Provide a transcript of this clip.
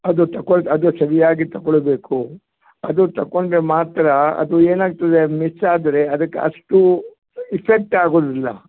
ಅದು ತಗೊಳ್ ಅದು ಸರಿಯಾಗಿ ತಗೊಳ್ಬೇಕು ಅದು ತಗೊಂಡ್ರೆ ಮಾತ್ರ ಅದು ಏನಾಗ್ತದೆ ಅದು ಮಿಸ್ ಆದರೆ ಅದಕ್ಕೆ ಅಷ್ಟು ಇಫೆಕ್ಟ್ ಆಗೋದಿಲ್ಲ